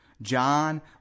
John